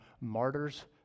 martyrs